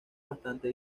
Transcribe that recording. bastante